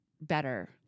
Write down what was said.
better